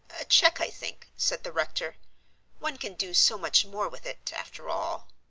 a cheque, i think, said the rector one can do so much more with it, after all.